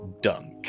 dunk